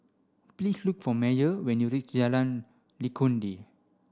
please look for Meyer when you reach Jalan Legundi